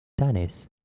danis